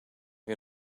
wir